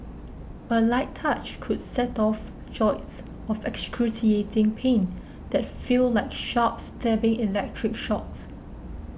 a light touch could set off jolts of excruciating pain that feel like sharp stabbing electric shocks